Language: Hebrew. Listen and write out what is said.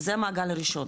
זה המעגל הראשון.